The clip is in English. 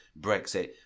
Brexit